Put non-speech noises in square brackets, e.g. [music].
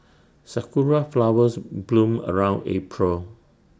Sakura Flowers [noise] bloom around April